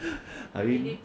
I mean